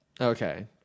Okay